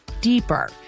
deeper